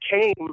came